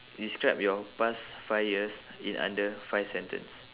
describe your past five years in under five sentence